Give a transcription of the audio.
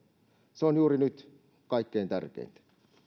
se on juuri nyt kaikkein tärkeintä